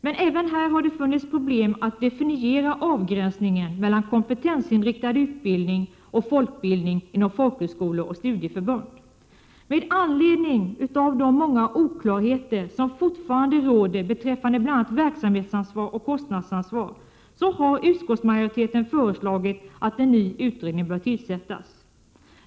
Men även i detta sammanhang har det funnits problem att definiera avgränsningen mellan kompetensinriktad utbildning och folkbildning inom folkhögskolor och studieförbund. Med anledning av de många oklarheter som fortfarande råder beträffande bl.a. verksamhetsansvar och kostnadsansvar har utskottsmajoriteten föreslagit att en ny utredning bör tillsättas.